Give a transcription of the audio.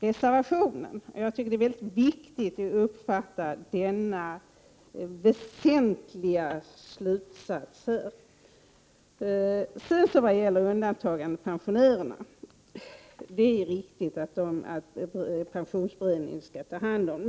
reservationen. Jag tycker det är viktigt att man uppfattar denna väsentliga slutsats. När det gäller undantagandepensionärerna är det riktigt att pensionsberedningen skall ta hand om den frågan.